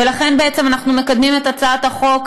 לכן בעצם אנחנו מקדמים את הצעת החוק,